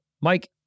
Mike